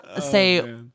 say